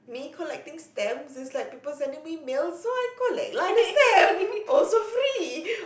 me collecting stamp is like people sending me mails so I collect lah the stamp also free